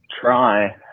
try